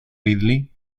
ridley